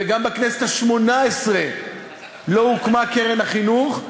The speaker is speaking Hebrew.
וגם בכנסת השמונה-עשרה לא הוקמה קרן החינוך,